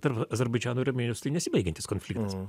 tarp azerbaidžano ir armėnijos tai nesibaigiantis konfliktas